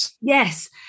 yes